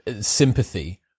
sympathy